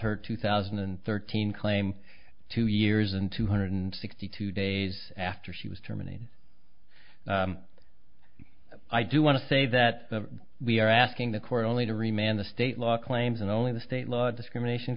her two thousand and thirteen claim two years and two hundred sixty two days after she was terminated i do want to say that we are asking the court only to remand the state law claims in only the state law discrimination